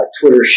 Twitter